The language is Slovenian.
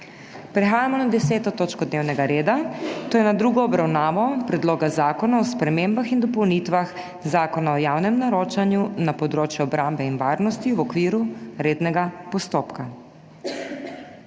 prekinjeno 10. točko dnevnega reda, to je s tretjo obravnavo Predloga zakona o spremembah in dopolnitvah Zakona o javnem naročanju na področju obrambe in varnosti v okviru rednega postopka.